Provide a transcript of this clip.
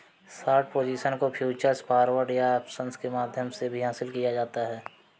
short position को futures, forwards या options के माध्यम से भी हासिल किया जाता है